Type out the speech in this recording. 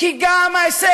אני חושב